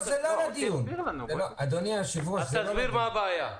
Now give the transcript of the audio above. תסביר מה הבעיה.